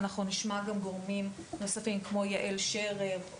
אנחנו נשמע גם גורמים נוספים כמו יעל שרר,